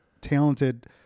talented